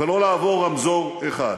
ולא לעבור רמזור אחד.